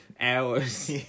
hours